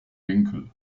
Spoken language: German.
winkel